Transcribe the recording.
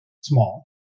small